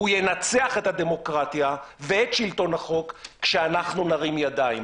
נתניהו ינצח את הדמוקרטיה ואת שלטון החוק כשאנחנו נרים ידיים,